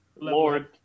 lord